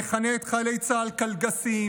המכנה את חיילי צה"ל קלגסים,